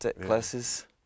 classes